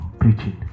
preaching